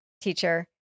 teacher